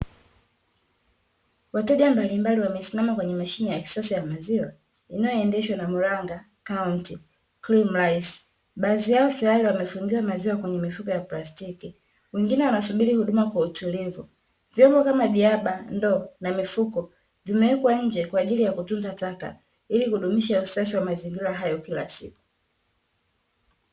Wateja mbalimbali wamesimama kwenye mashine ya kisasa ya maziwa inayoendeshwa na Mranga Kaunti krimrais baadhi yao tayari wamefungiwa maziwa kwenye mifuko ya plastiki, wengine wanasubiri huduma kwa utulivu, vyombo kama, jaba, ndoo, na mifuko vimewekwa nje kwa ajili kutunza taka ili kudumisha usafi wa mazingira hayo kila siku.